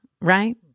right